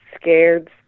scared